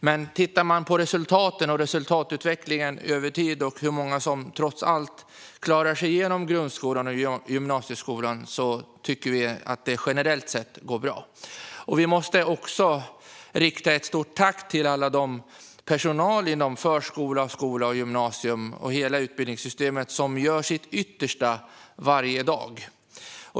Men om man tittar på resultaten och resultatutvecklingen över tid och hur många som trots allt klarar sig igenom grundskolan och gymnasieskolan tycker vi att det generellt sett går bra. Vi måste också rikta ett stort tack till all den personal inom förskola, skola, gymnasium och hela utbildningssystemet som gör sitt yttersta varje dag.